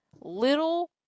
little